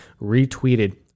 retweeted